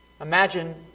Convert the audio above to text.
Imagine